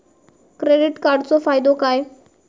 Credit कार्डाचो फायदो काय?